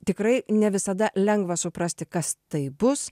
tikrai ne visada lengva suprasti kas tai bus